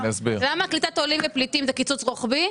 למה קליטת עולים ופליטים זה קיצוץ רוחבי,